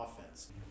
offense